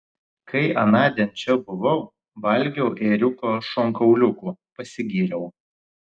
kai anądien čia buvau valgiau ėriuko šonkauliukų pasigyriau